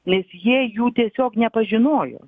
nes jie jų tiesiog nepažinojo